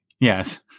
Yes